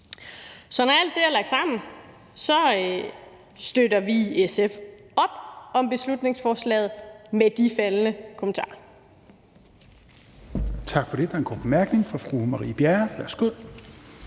Når alt det er lagt sammen, støtter vi i SF op om beslutningsforslaget med de faldne kommentarer.